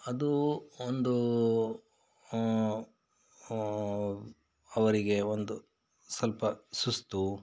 ಅದು ಒಂದು ಅವರಿಗೆ ಒಂದು ಸ್ವಲ್ಪ ಸುಸ್ತು